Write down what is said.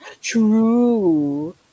True